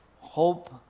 hope